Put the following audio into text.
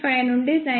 5 నుండి 9